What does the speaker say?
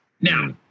Now